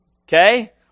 Okay